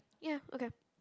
ya okay